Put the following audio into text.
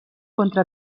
contra